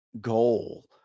goal